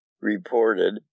reported